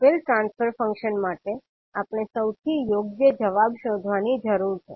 આપેલ transfer function માટે આપણે સૌથી યોગ્ય જવાબ શોધવાની જરૂર છે